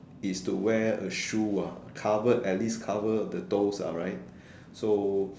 is to wear a shoe ah covered at least cover of the toes lah right so